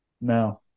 No